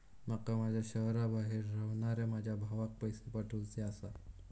माका माझ्या शहराबाहेर रव्हनाऱ्या माझ्या भावाक पैसे पाठवुचे आसा